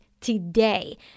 today